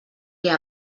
què